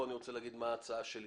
אני רוצה להגיד מה ההצעה שלי.